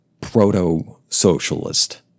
proto-socialist